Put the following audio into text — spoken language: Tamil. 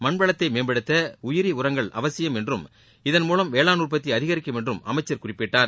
மண்வளத்தை மேம்படுத்த உயிரி உரங்கள் அவசியம் என்றும் இதன் மூலம் வேளாண் உற்பத்தி அதிகரிக்கும் என்றும் அமைச்சர் குறிப்பிட்டார்